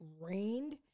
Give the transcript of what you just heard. rained